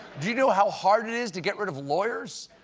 do you know how hard it is to get rid of lawyers?